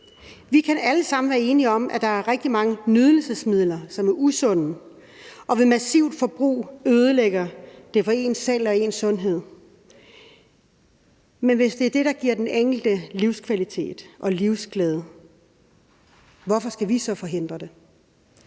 Vi kan alle sammen være enige om, at der er rigtig mange nydelsesmidler, som er usunde og ved massivt forbrug ødelægger det for en selv og ens sundhed. Men hvis det er det, der giver den enkelte livskvalitet og livsglæde, hvorfor skal vi så forhindre det?